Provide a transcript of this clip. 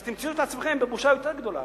אז אתם תמצאו את עצמכם בבושה יותר גדולה,